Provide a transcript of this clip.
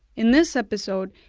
in this episode,